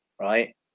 right